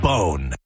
Bone